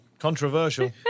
controversial